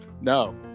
No